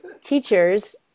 teachers